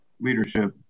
leadership